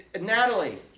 Natalie